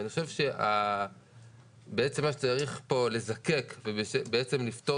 ואני חושב שבעצם מה שצריך פה לזקק ובעצם לפתור